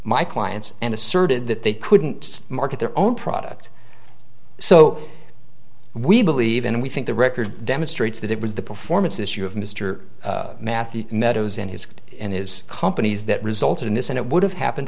my clients and asserted that they couldn't market their own product so we believe and we think the record demonstrates that it was the performance issue of mr matthew meadows and his kid and his companies that resulted in this and it would have happened